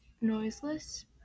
noiseless